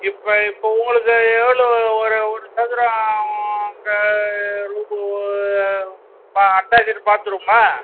இப்போ இப்போ உங்களுக்கு எவ்வளோ ஒரு ஒரு சதுரம் அங்கே ரூமூ பா அட்டாச்சிடு பாத்ரூமா